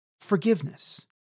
Forgiveness